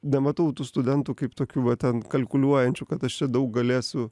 nematau tų studentų kaip tokių va ten kalkuliuojančiu kad aš daug galėsiu